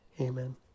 Amen